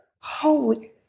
holy